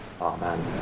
Amen